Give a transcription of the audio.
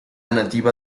nativa